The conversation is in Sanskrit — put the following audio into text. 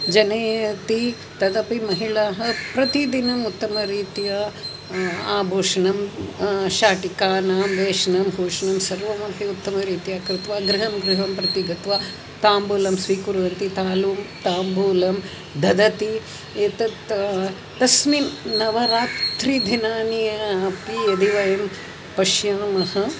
जनयति तदपि महिलाः प्रतिदिनम् उत्तमरीत्या आभूषणं शाटिकानां वेषणं भूषणं सर्वमपि उत्तमरीत्या कृत्वा गृहं गृहं प्रति गत्वा ताम्बूलं स्वीकुर्वन्ति ताम्बूलं ताम्बूलं ददति एतत् तस्मिन् नवरात्रिदिनानि अपि यदि वयं पश्यामः